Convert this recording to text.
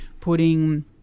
putting